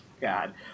god